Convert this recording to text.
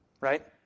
right